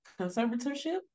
conservatorship